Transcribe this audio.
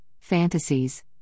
fantasies